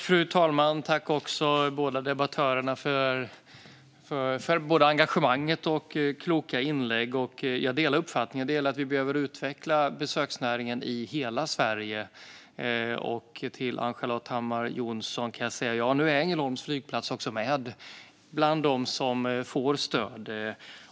Fru talman! Jag tackar båda debattörerna för engagemanget och för kloka inlägg. Jag delar uppfattningen att vi behöver utveckla besöksnäringen i hela Sverige. Till Ann-Charlotte Hammar Johnsson kan jag säga att Ängelholms flygplats finns med bland dem som får stöd.